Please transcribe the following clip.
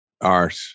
art